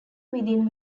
within